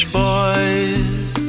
boys